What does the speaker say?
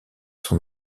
son